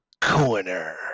Corner